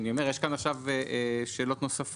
אני אומר יש כאן עכשיו שאלות נוספות.